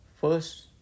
first